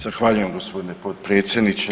Zahvaljujem gospodine potpredsjedniče.